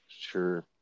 Sure